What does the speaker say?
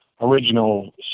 original